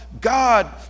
God